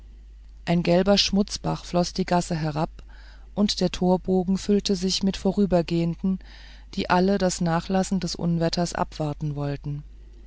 ein gelber schmutzbach floß die gasse herab und der torbogen füllte sich mit vorübergehenden die alle das nachlassen des unwetters abwarten wollten